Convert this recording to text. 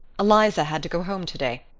eliza had to go home today.